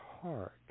heart